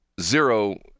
zero